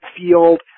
field